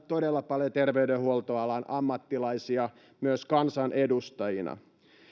todella paljon terveydenhuoltoalan ammattilaisia myös kansanedustajina